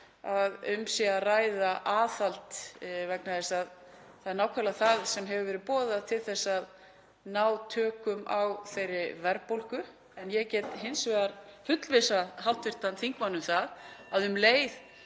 að um sé að ræða aðhald vegna þess að það er nákvæmlega það sem hefur verið boðað til að ná tökum á verðbólgu. En ég get hins vegar fullvissað hv. þingmann það að um leið